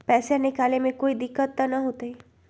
पैसा निकाले में कोई दिक्कत त न होतई?